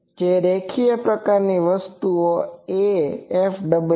જેથી રેખીય પ્રકારની વસ્તુ a〈fw〉b〈gw〉 છે